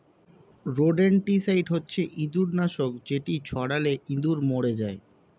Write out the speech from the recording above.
rodenticide হচ্ছে ইঁদুর নাশক যেটি ছড়ালে ইঁদুর মরে যায়